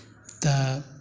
तऽ